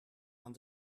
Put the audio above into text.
aan